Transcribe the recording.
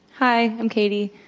hi, i'm katie.